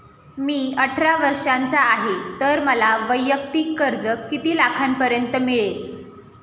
मी अठरा वर्षांचा आहे तर मला वैयक्तिक कर्ज किती लाखांपर्यंत मिळेल?